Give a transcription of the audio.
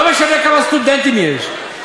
לא משנה כמה סטודנטים יש,